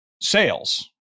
sales